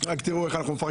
הרוב ההצעה